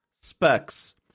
specs